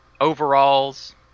overalls